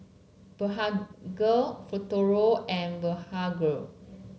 Blephagel Futuro and Blephagel